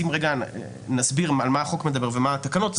אם נסביר על מה החוק מדבר ומה התקנות,